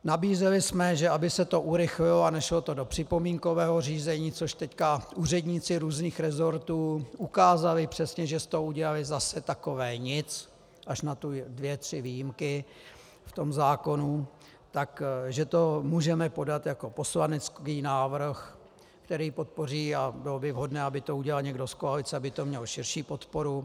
Nabízeli jsme, aby se to urychlilo a nešlo to do připomínkového řízení což teď úředníci různých resortů ukázali přesně, že z toho udělali zase takové nic, až na dvě tři výjimky v zákonu , že to můžeme podat jako poslanecký návrh, který podpoří, a bylo by vhodné, aby to udělal někdo z koalice, aby to mělo širší podporu.